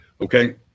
Okay